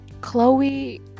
Chloe